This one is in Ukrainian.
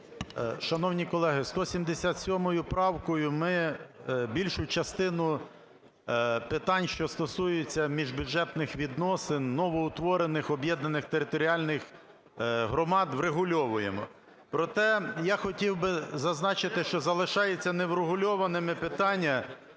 Шановні колеги, 177 правкою ми більшу частину питань, що стосуються міжбюджетних відносин новоутворених об'єднаних територіальних громад, врегульовуємо. Проте я хотів би зазначити, що залишається неврегульованим питання